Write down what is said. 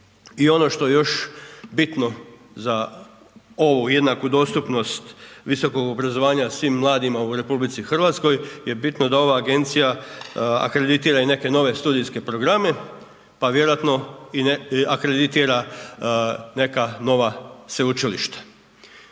I ono što je još bitno za ovu jednaku dostupnost visokog obrazovanja svim mladima u RH je bitno da ova agencija akreditira i neke nove studijske programe, pa vjerojatno akreditira neka nova sveučilišta.